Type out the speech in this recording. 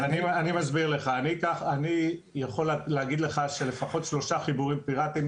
אני יכול להגיד לך שלפחות שלושה חיבורים פיראטים